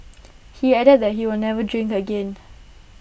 he added that he will never drink again